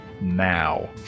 now